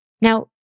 Now